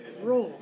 Raw